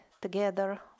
together